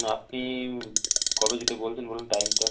আপনি কবে যেতে বলছেন বলুন টাইমটা